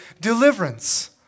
deliverance